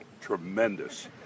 tremendous